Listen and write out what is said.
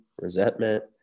resentment